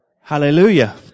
Hallelujah